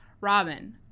Robin